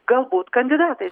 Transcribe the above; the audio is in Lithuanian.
galbūt kandidatais